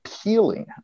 appealing